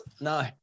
No